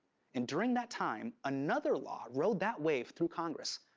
and during that time, another law rode that wave through congress.